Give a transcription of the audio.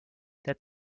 their